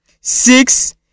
Six